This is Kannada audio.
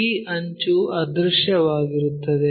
ಈ ಅಂಚು ಅದೃಶ್ಯವಾಗಿರುತ್ತದೆ